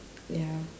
ya